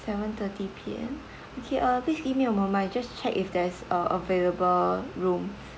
seven thirty P_M okay uh please give me a moment I'll just check if there's uh available room